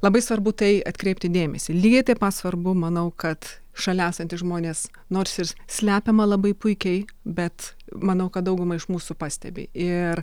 labai svarbu tai atkreipti dėmesį lygiai taip pat svarbu manau kad šalia esantys žmonės nors ir slepiama labai puikiai bet manau kad dauguma iš mūsų pastebi ir